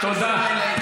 תודה.